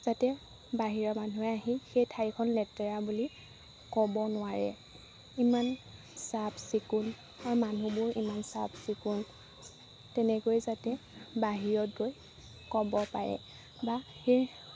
যাতে বাহিৰৰ মানুহে আহি সেই ঠাইখন লেতেৰা বুলি ক'ব নোৱাৰে ইমান চাফচিকুণ আৰু মানুহবোৰ ইমান চাফচিকুণ তেনেকৈ যাতে বাহিৰত গৈ ক'ব পাৰে বা সেই